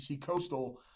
Coastal